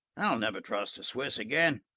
i'll never trust a swiss again.